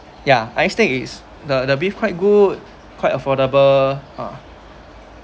ya like steak is the the beef quite good quite affordable ah